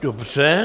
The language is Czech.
Dobře.